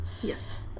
Yes